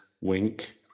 wink